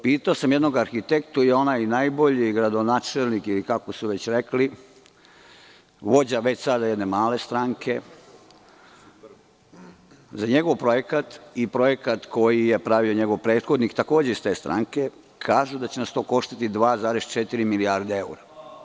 Pitao sam jednog arhitektu i onaj najbolji gradonačelnik, ili kako su već rekli, vođa već sad jedne male stranke, za njegov projekat i projekat koji je pravio njegov prethodnik, takođe iz te stranke, kažu da će nas to koštati 2,4 milijarde evra.